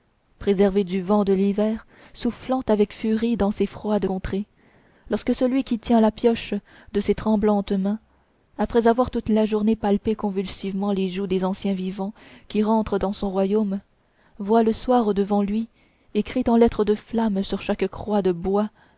préservé du vent de l'hiver soufflant avec furie dans ces froides contrées lorsque celui qui tient la pioche de ses tremblantes mains après avoir toute la journée palpé convulsivement les joues des anciens vivants qui rentrent dans son royaume voit le soir devant lui écrit en lettres de flammes sur chaque croix de bois